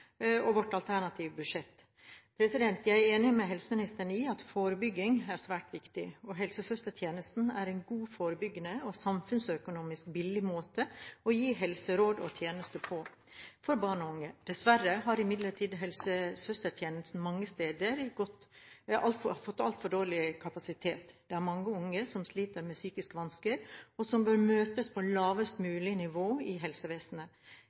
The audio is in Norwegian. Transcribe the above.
i vårt stortingsvalgprogram og i vårt alternative budsjett. Jeg er enig med helseministeren i at forebygging er svært viktig, og helsesøstertjenesten er en god, forebyggende og samfunnsøkonomisk billig måte å gi helseråd og tjenester på til barn og unge. Dessverre har imidlertid helsesøstertjenestene mange steder fått altfor dårlig kapasitet. Det er mange unge som sliter med psykiske vansker, og som bør møtes på lavest mulig nivå i helsevesenet.